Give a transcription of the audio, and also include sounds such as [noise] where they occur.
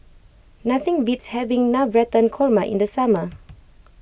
nothing beats having Navratan Korma in the summer [noise]